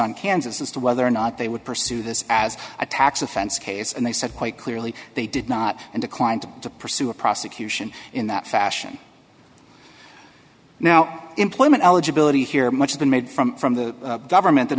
on kansas as to whether or not they would pursue this as a tax offense case and they said quite clearly they did not and declined to pursue a prosecution in that fashion now employment eligibility here much of the made from from the government